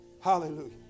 Hallelujah